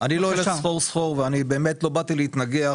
אני לא אלך סחור סחור ואני באמת לא באתי להתנגח,